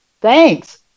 Thanks